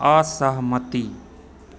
असहमति